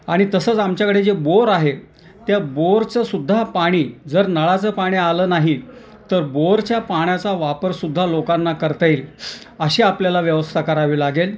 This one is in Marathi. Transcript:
आणि तसंच आमच्याकडे जे बोअर आहे त्या बोरचंसुद्धा पाणी जर नळाचं पाणी आलं नाही तर बोरच्या पाण्याचा वापरसुद्धा लोकांना करता येईल अशी आपल्याला व्यवस्था करावी लागेल